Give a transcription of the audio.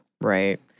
Right